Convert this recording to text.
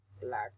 black